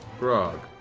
grog.